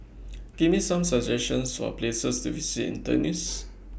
Give Me Some suggestions For Places to visit in Tunis